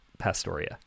Pastoria